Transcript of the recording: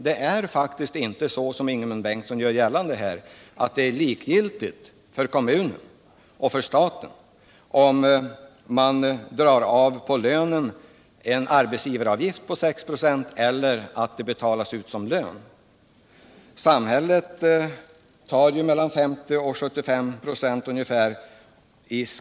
Det är faktiskt inte så som Ingemund Bengtsson gör gällande här, nämligen att det är likgiltigt för kommunerna och för staten om de drar av en arbetsgivaravgift på 6 96 på lönen eller om motsvarande summa betalas ut som lön.